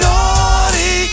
Naughty